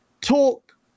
talk